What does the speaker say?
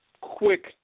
quick